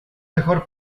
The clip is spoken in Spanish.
mejor